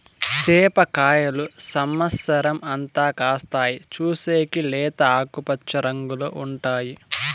సేప కాయలు సమత్సరం అంతా కాస్తాయి, చూసేకి లేత ఆకుపచ్చ రంగులో ఉంటాయి